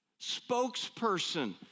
spokesperson